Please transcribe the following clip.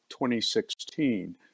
2016